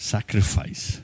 Sacrifice